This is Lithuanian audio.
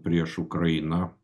prieš ukrainą